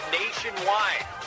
nationwide